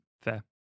fair